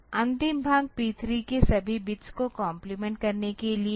अंतिम भाग P 3 के सभी बिट्स को कॉम्प्लीमेंट करने के लिए है